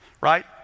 right